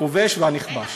הכובש והנכבש.